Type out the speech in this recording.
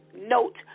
note